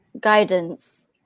guidance